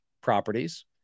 properties